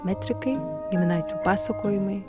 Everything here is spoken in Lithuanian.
metrikai giminaičių pasakojimai